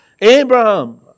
Abraham